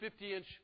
50-inch